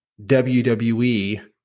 WWE